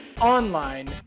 online